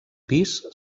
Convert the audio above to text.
pis